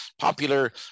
popular